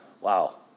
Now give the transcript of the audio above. wow